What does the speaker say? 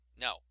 No